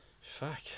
fuck